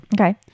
Okay